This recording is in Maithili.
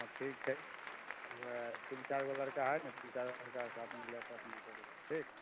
हँ ठीक छै तऽ तीन चारि गो लड़का हइ ने तीन चारि गो लड़काके साथमे लैके अपने आएब ठीक